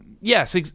Yes